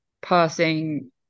passing